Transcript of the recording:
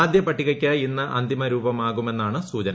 ആദ്യ പട്ടികയ്ക്ക് ഇന്ന് അന്തിമ രൂപമാകുമെന്നാണ് സൂചന